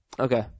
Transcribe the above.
Okay